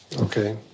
Okay